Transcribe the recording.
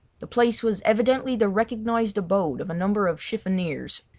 the place was evidently the recognised abode of a number of chiffoniers,